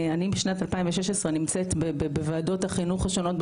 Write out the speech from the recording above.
אני משנת 2016 נמצאת בוועדות החינוך השונות,